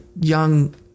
young